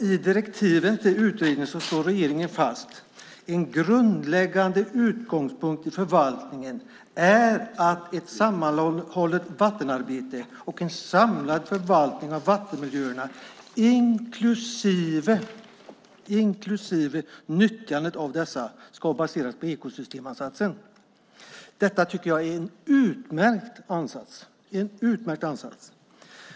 I direktiven till utredningen slår regeringen fast att en grundläggande utgångspunkt i förvaltningen är att ett sammanhållet vattenarbete och en samlad förvaltning av vattenmiljöerna inklusive nyttjandet av dessa ska baseras på ekosystemansatsen. Detta tycker jag är en utmärkt ansats.